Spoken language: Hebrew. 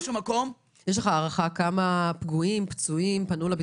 יש לך הערכה כמה פגועים ופצועים פנו לביטוח הלאומי?